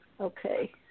Okay